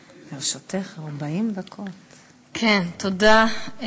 הכנסת, תודה,